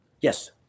Yes